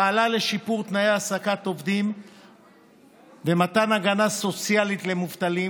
פעלה לשיפור תנאי העסקת עובדים ומתן הגנה סוציאלית למובטלים.